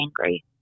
angry